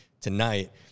Tonight